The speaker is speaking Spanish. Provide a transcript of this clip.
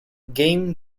game